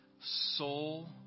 soul